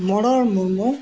ᱢᱚᱲᱚᱨ Murmu